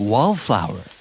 Wallflower